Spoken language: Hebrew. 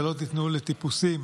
ולא תיתנו לטיפוסים